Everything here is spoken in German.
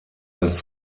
als